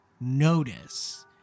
notice